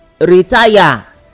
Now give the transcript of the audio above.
retire